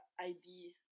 ID